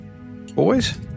Boys